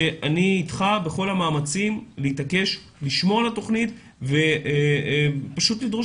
ואני אתך בכל המאמצים להתעקש לשמור על התוכנית ופשוט לדרוש